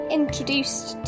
introduced